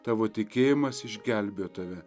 tavo tikėjimas išgelbėjo tave